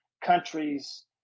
countries